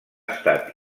estat